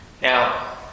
Now